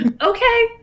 Okay